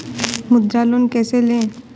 मुद्रा लोन कैसे ले?